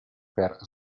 per